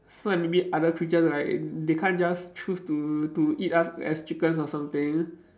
so like maybe other creatures right they can't just choose to to eat us as chickens or something